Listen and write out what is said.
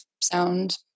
sound